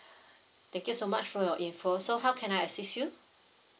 thank you so much for your info so how can I assist you